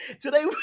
Today